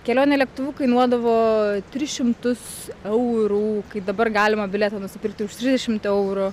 kelionė lėktuvu kainuodavo tris šimtus eurų kai dabar galima bilietą nusipirkti už trisdešimt eurų